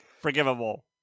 forgivable